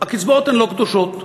הקצבאות הן לא קדושות,